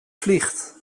vliegt